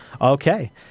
Okay